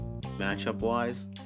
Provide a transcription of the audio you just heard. matchup-wise